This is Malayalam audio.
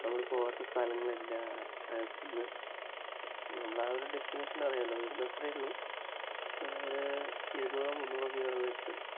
നമ്മൾ പോകാത്ത സ്ഥലങ്ങളില്ല നമ്മളെ ആ ഒരു ഡെസ്റ്റിനേഷൻ അറിയാമല്ലോ ഇവിടെ നിന്ന് അത്രയേ ഉള്ളു ഒരു ഇരുന്നൂറോ മുന്നൂറോ കിലോമീറ്ററ്